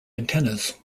antennas